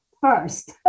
First